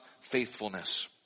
faithfulness